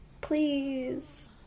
Please